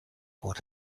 what